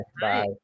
Bye